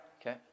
Okay